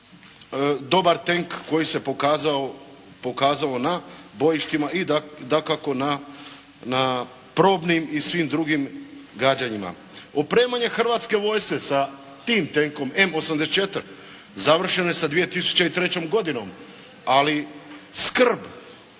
dobar tenk koji se pokazao na bojištima i dakako na probnim i svim drugim gađanjima. Opremanje Hrvatske vojske sa tim tenkom M84 završeno je sa 2003. godinom, ali skrb